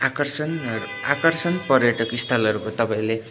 आकर्षण आकर्षण पर्यटक स्थलहरूको तपाईँले